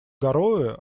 гароуэ